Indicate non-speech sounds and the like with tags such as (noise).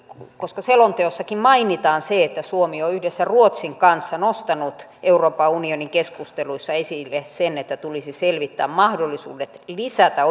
koska selonteossakin mainitaan että suomi on yhdessä ruotsin kanssa nostanut euroopan unionin keskusteluissa esille sen että tulisi selvittää mahdollisuudet lisätä (unintelligible)